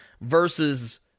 versus